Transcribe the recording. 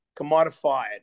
commodified